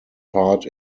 part